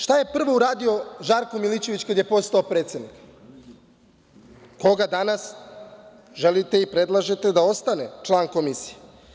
Dalje, šta je prvo uradio Žarko Milićević kada je postao predsednik, a koga danas želite i predlažete da ostane član Komisije?